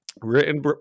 written